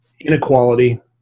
Inequality